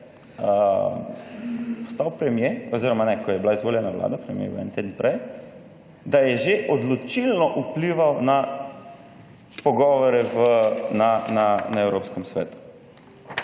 postal premier oziroma ne, ko je bila izvoljena vlada, premier je bil en teden prej, da je že odločilno vplival na pogovore na Evropskem svetu.